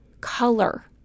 Color